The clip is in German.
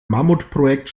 mammutprojekt